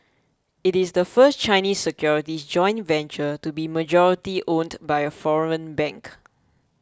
it is the first Chinese securities joint venture to be majority owned by a foreign bank